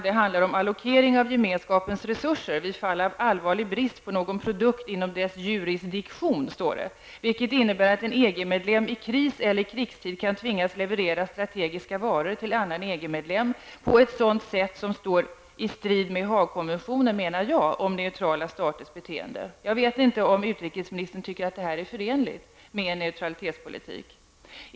Det handlar om allokering av Gemenskapens resurser i fall av allvarlig brist på någon produkt inom dess jurisdiktion. Det innebär att en EG medlem i kris eller krigstid kan tvingas leverera strategiska varor till annan EG-medlem på ett sätt som jag menar står i strid med Haagkonventionen om neutrala staters beteende. Jag vet inte om utrikesministern anser att detta är förenligt med neutralitetspolitik.